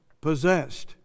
possessed